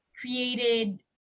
created